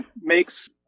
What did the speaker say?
makes